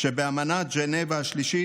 שבאמנת ג'נבה השלישית,